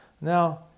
Now